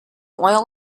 oil